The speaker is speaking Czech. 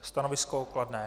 Stanovisko kladné.